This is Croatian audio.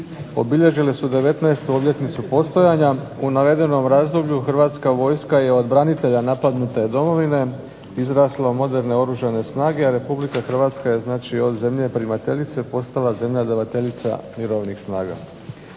obilježile su 19. Obljetnicu postojanja. U navedenom razdoblju Hrvatska vojska je od branitelja napadnut domovine izrasla u moderne oružane snage. Republika Hrvatska je od zemlje primateljice postala zemlja davateljica mirovnih snaga.